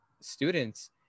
students